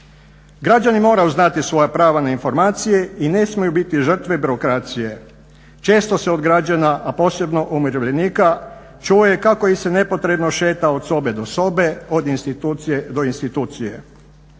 Građani moraju znati svoja prava na informacije i ne smiju biti žrtve birokracije. Često se od građana, a posebno umirovljenika čuje kako ih se nepotrebno šeta od sobe do sobe, od institucije do institucije.